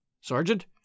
Sergeant